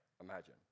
imagine